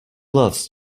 loves